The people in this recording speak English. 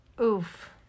Oof